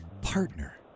partner